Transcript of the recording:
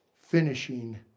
finishing